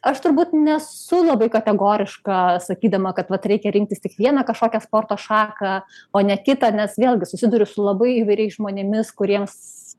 aš turbūt nesu labai kategoriška sakydama kad vat reikia rinktis tik vieną kažkokią sporto šaką o ne kitą nes vėlgi susiduriu su labai įvairiais žmonėmis kuriems